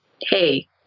Hey